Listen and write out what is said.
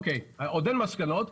אין מסקנות,